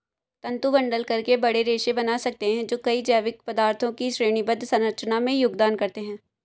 तंतु बंडल करके बड़े रेशे बना सकते हैं जो कई जैविक पदार्थों की श्रेणीबद्ध संरचना में योगदान करते हैं